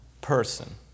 person